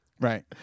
Right